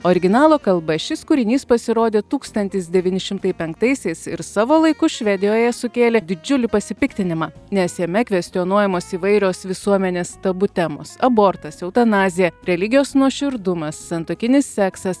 originalo kalba šis kūrinys pasirodė tūkstantis devyni šimtai penktaisiais ir savo laiku švedijoje sukėlė didžiulį pasipiktinimą nes jame kvestionuojamos įvairios visuomenės tabu temos abortas eutanazija religijos nuoširdumas santuokinis seksas